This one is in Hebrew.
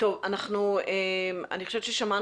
אשמח שכשנחזור לפעילות בשדה התעופה רמון ובשדה התעופה בן גוריון,